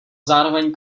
zároveň